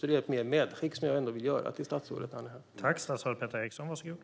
Det är ett medskick som jag ändå vill göra till statsrådet.